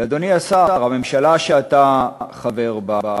ואדוני השר, הממשלה שאתה חבר בה,